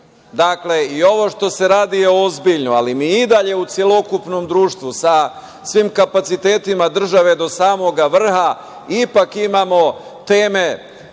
nivo. Dakle, i ovo što se radi je ozbiljno, ali mi i dalje u celokupnom društvu, sa svim kapacitetima države do samog vrha, ipak imamo teme